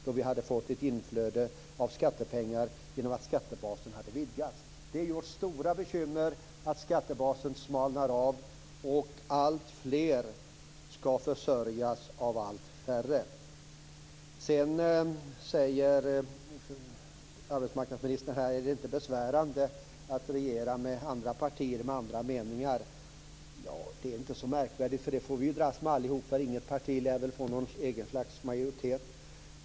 Då vi hade fått ett inflöde av skattepengar genom att skattebasen hade vidgats. Det är vårt stora bekymmer att skattebasen smalnar av och att alltfler skall försörjas av allt färre. Sedan frågade arbetsmarknadsministern: Är det inte besvärande att regera tillsammans med andra partier som har andra meningar? Tja, det är inte så märkvärdigt. Det kommer vi att få dras med allihop. Inget parti lär väl få någon egen majoritet.